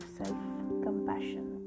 self-compassion